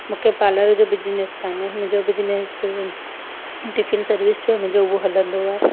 मूंखे पार्लर जो बिजनेस कोन्हे मुंहिंजो बिजनेस टिफ़िन सर्विस जो आहे मुंहिंजो उहो हलंदो आहे